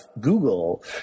Google